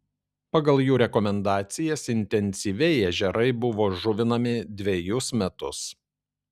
pagal jų rekomendacijas intensyviai ežerai buvo žuvinami dvejus metus